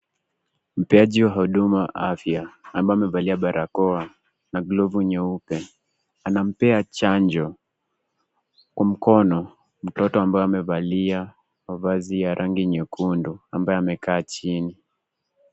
Mpeaji wa huduma afya, ambaye amevalia barakoa na glovu nyeupe, anampea chanjo kwa mkono mtoto ambaye amevalia mavazi ya rangi nyekundu, ambaye amekaa chini.